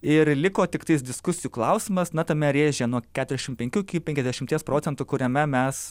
ir liko tiktais diskusijų klausimas na tame rėžyje nuo keturiasdešim penkių iki penkiasdešimties procentų kuriame mes